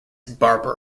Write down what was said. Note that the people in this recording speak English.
barbour